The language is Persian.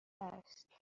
است